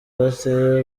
bate